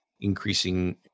increasing